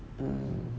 uh